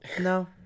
No